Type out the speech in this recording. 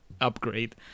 upgrade